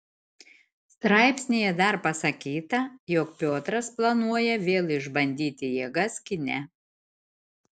straipsnyje dar pasakyta jog piotras planuoja vėl išbandyti jėgas kine